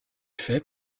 fait